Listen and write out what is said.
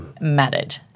mattered